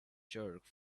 jerk